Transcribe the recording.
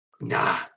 nah